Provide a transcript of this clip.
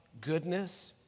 goodness